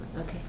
Okay